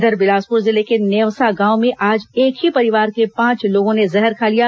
इधर बिलासपुर जिले के नेवसा गांव में आज एक ही परिवार के पांच लोगों ने जहर खा लिया